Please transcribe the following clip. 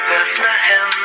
Bethlehem